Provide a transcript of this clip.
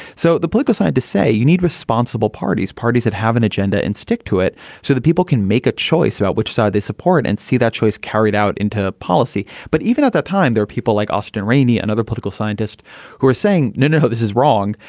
so the plinko side to say you need responsible parties, parties that have an agenda and stick to it so that people can make a choice about which side they support and see that choice carried out into policy. but even at that time, there are people like austin rainey and other political scientists who are saying, no, no, this is wrong,